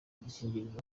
udukingirizo